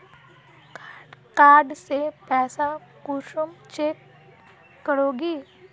Card से पैसा कुंसम चेक करोगी?